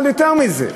אבל יותר מזה,